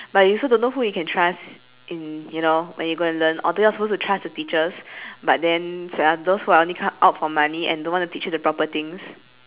but you also don't know who you can trust in you know when you go and learn although you are supposed to trust the teachers but then those who are only come out for money and don't want to teach you the proper things